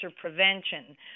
prevention